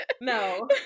No